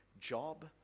job